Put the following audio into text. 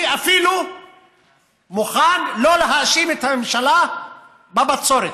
אני אפילו מוכן שלא להאשים את הממשלה בבצורת,